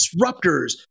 disruptors